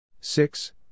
six